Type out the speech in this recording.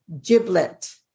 giblet